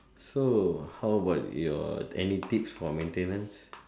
so how about your any tips for maintenance